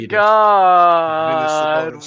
god